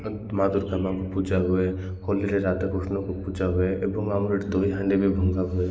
ମା ଦୁର୍ଗା'ମାଙ୍କୁ ପୂଜା ହୁଏ ହୋଲିରେ ରାଧାକୃଷ୍ଣଙ୍କୁ ପୂଜା ହୁଏ ଏବଂ ଆମର ଏଠି ଦହି ହାଣ୍ଡି ବି ଭଙ୍ଗା ହୁଏ